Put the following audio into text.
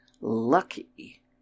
lucky